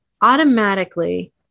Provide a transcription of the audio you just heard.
automatically